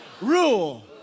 rule